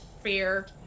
Fear